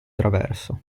traverso